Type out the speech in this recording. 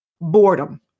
Boredom